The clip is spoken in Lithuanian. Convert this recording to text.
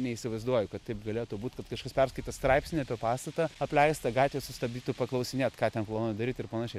neįsivaizduoju kad taip galėtų būt kad kažkas perskaitė straipsnį apie pastatą apleistą gatvėj sustabdytų paklausinėt ką ten planuoju daryt ir panašiai